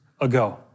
ago